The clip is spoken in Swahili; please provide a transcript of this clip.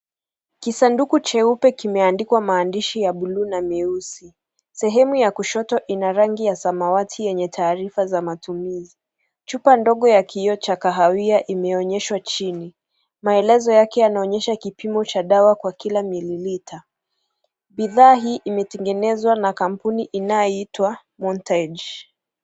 Kisanduku cheupe kimeandikwa maandishi ya bluu na meusi. Sehemu ya kushoto ina rangi ya samawati yenye taarifa za matumizi. Chupa ndogo ya kioo cha kahawia imeonyeshwa chini. Maelezo yake yanaonyesha kipimo cha dawa kwa kila mililita. Bidhaa hii imetengenezwa na kampuni inayoitwa Montage.